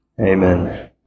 Amen